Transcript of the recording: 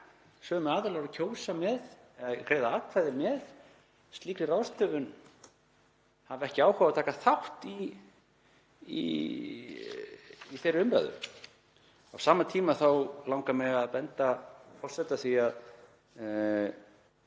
sömu aðilar og greiða atkvæði með slíkri ráðstöfun hafi ekki áhuga á að taka þátt í þeirri umræðu. Á sama tíma langar mig að benda forseta á að